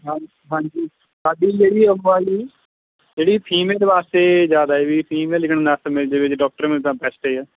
ਹਾਂ ਹਾਂਜੀ ਸਾਡੀ ਜਿਹੜੀ ਉਹ ਆ ਜੀ ਜਿਹੜੀ ਫੀਮੇਲ ਵਾਸਤੇ ਜ਼ਿਆਦਾ ਵੀ ਫੀਮੇਲ ਨਰਸ ਮਿਲ ਜਾਵੇ ਜੇ ਡਾਕਟਰ ਮਿਲ ਜਾਵੇ ਤਾਂ ਬੈਸਟ ਆ